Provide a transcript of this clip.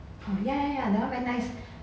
oh ya ya ya that one very nice